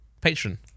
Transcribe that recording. patron